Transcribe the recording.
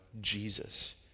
Jesus